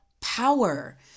power